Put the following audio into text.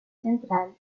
central